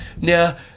Now